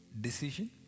decision